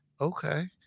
Okay